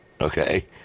Okay